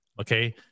Okay